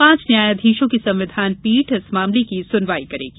पांच न्या याधीशों की संविधान पीठ इस मामले की सुनवाई करेगी